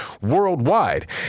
worldwide